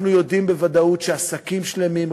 אנחנו יודעים בוודאות שעסקים שלמים,